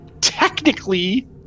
technically